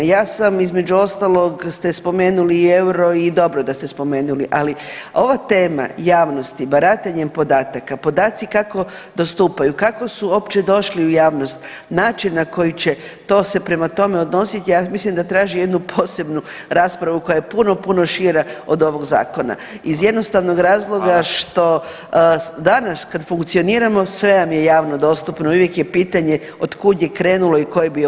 Ja sam, između ostalog ste spomenuli i euro i dobro je da ste spomenuli, ali ova tema javnosti, baratanjem podataka, podaci kako dostupaju, kako su uopće došli u javnost, način na koji će to se prema tome odnosit ja mislim da traži jednu posebnu raspravu koja je puno, puno šira od ovog zakona iz jednostavnog razloga [[Upadica: Hvala.]] što danas kad funkcioniramo sve nam je javno dostupno i uvijek je pitanje od kud je krenulo i tko je bio prvi.